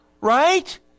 Right